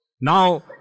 Now